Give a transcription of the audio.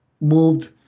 moved